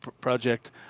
project